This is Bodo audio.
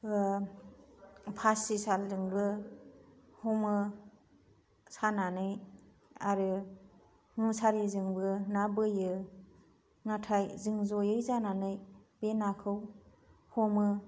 फासि सालजोंबो हमो सानानै आरो मुसारिजोंबो ना बोयो नाथाय जों जयै जानानै बे नाखौ हमो